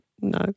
no